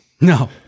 No